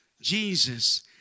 Jesus